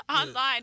online